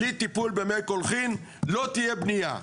בלי טיפול במי קולחין לא תהיה בנייה.